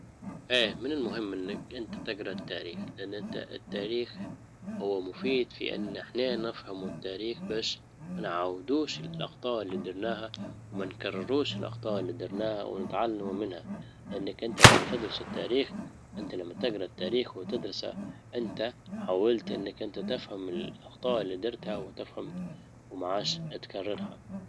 ايه من المهم انك انت تقرا التاريخ لان انت التاريخ هو مفيد في ان احنا نفهمو التاريخ باش نعاودوش الاخطاء اللي درناها وما نكرروش الاخطاء اللي درناها ونتعلمو منها لانك انت لما تدرس التاريخ انت لما تجرا التاريخ وتدرسه حاولت انك انت تفهم الاخطاء اللي درتها وتفهم وما عاش تكررها